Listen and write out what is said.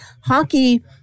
Hockey